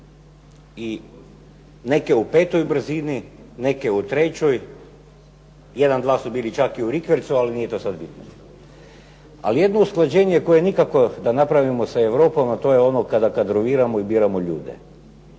I neke u petoj brzini, neke u trećoj, jedan, dva su bili čak i u rikvercu, ali to nije sada bitno. Ali jedno usklađenje koje nikako da napravimo sa Europom a to je ono kada kadroviramo i biramo ljude.